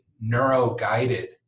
neuro-guided